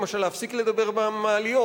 למשל להפסיק לדבר במעליות,